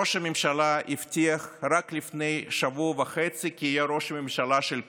ראש הממשלה הבטיח רק לפני שבוע וחצי כי יהיה ראש הממשלה של כולם.